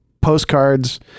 postcards